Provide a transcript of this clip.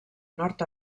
nord